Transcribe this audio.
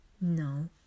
No